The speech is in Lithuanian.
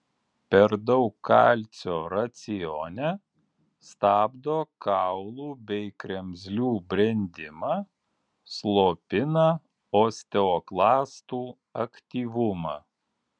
per daug kalcio racione stabdo kaulų bei kremzlių brendimą slopina osteoklastų aktyvumą